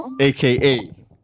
aka